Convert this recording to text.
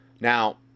Now